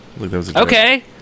Okay